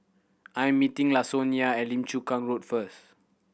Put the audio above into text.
I am meeting Lasonya at Lim Chu Kang Road first